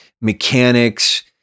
mechanics